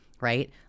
right